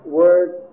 words